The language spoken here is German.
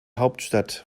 hauptstadt